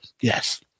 Yes